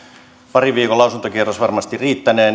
parin viikon lausuntokierros varmasti riittänee